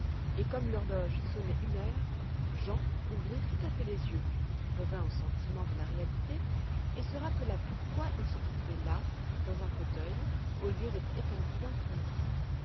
et comme l'horloge sonnait une heure jean ouvrit tout à fait les yeux revint au sentiment de la réalité et se rappela pourquoi il se trouvait là dans un fauteuil au lieu d'être étendu dans son lit